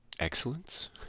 Excellence